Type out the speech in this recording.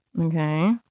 Okay